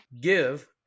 give